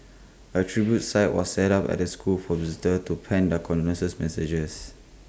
A tribute site was set up at the school for visitors to plan their condolences messages